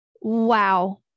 Wow